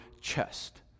chest